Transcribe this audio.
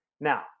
Now